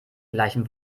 gleichen